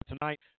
tonight